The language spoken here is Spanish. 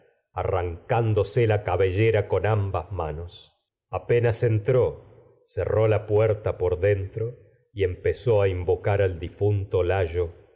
arrancándose entró la ambas apenas cerró la puerta por dentro y empezó a invocar al an difunto lajm